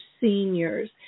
Seniors